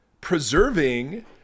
Preserving